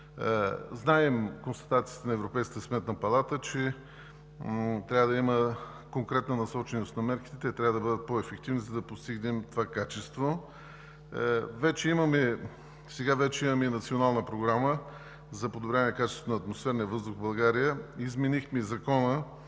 Знаем констатациите на Европейската сметна палата, че трябва да има конкретна насоченост на мерките. Те трябва да бъдат по-ефективни, за да постигнем това качество. Сега вече имаме и Национална програма за подобряване качеството на атмосферния въздух в България, изменихме и Закона.